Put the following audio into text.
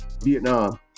Vietnam